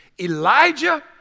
Elijah